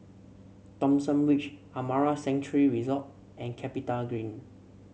Thomson Ridge Amara Sanctuary Resort and CapitaGreen